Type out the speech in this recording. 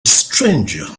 stranger